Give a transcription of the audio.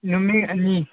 ꯅꯨꯃꯤꯠ ꯑꯅꯤ